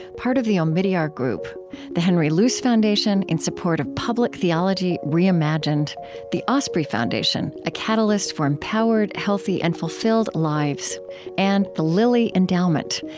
part of the omidyar group the henry luce foundation, in support of public theology reimagined the osprey foundation a catalyst for empowered, healthy, and fulfilled lives and the lilly endowment,